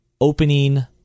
opening